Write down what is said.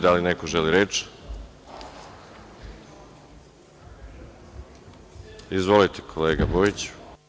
Da li neko želi reč? (Da) Izvolite, kolega Bojiću.